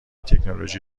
تکنولوژی